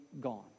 gone